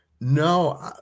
no